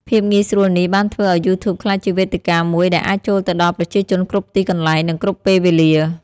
ភាពងាយស្រួលនេះបានធ្វើឱ្យយូធូបក្លាយជាវេទិកាមួយដែលអាចចូលទៅដល់ប្រជាជនគ្រប់ទីកន្លែង និងគ្រប់ពេលវេលា។